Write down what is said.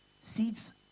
Seeds